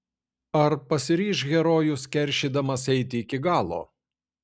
ar pasiryš herojus keršydamas eiti iki galo